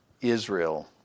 Israel